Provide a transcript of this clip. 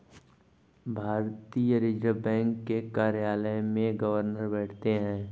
भारतीय reserve bank के कार्यालय में गवर्नर बैठते हैं